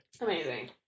Amazing